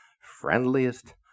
friendliest